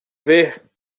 ver